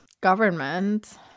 government